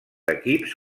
equips